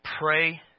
pray